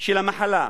של המחלה,